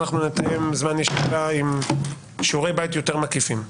ואנחנו נתאם זמן ישיבה נוסף עם שיעורי בית יותר מקיפים,